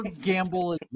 gamble